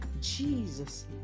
Jesus